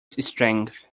strength